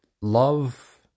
love